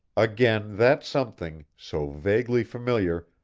again that something, so vaguely familiar,